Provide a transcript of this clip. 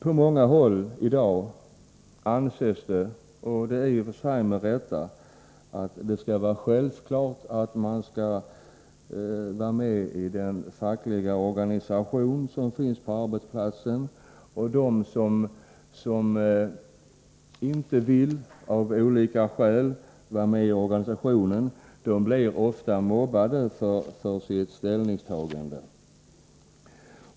På många håll anses det i dag —i och för sig med rätta — att det är självklart att man skall vara med i den fackliga organisation som finns på arbetsplatsen. De som av olika skäl inte vill vara med i facket blir ofta mobbade för sitt ställningstagande.